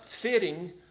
fitting